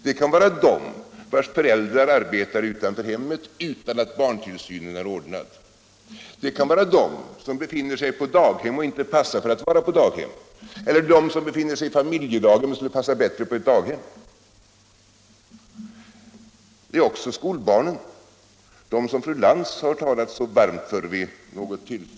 Det kan vara de, vars föräldrar arbetar utanför hemmet utan att barntillsynen är ordnad. Det kan vara de som befinner sig på daghem och inte passar för att vara där eller de som befinner sig i ett familjedaghem och skulle passa bättre på ett daghem. Det gäller också skolbarnen, som fru Lantz talade så varmt för vid något tillfälle.